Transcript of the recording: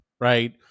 right